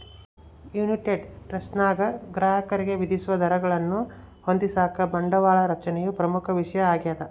United ಸ್ಟೇಟ್ಸ್ನಾಗ ಗ್ರಾಹಕರಿಗೆ ವಿಧಿಸುವ ದರಗಳನ್ನು ಹೊಂದಿಸಾಕ ಬಂಡವಾಳ ರಚನೆಯು ಪ್ರಮುಖ ವಿಷಯ ಆಗ್ಯದ